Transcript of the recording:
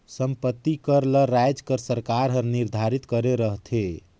संपत्ति कर ल राएज कर सरकार हर निरधारित करे रहथे